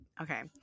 okay